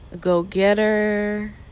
go-getter